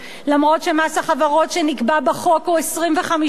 אף שמס החברות שנקבע בחוק הוא 25%,